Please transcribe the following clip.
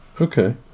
Okay